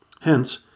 Hence